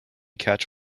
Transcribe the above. catch